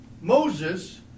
Moses